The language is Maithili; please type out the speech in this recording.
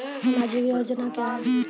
समाजिक योजना क्या हैं?